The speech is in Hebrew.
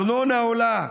הארנונה עולה,